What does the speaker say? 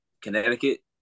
Connecticut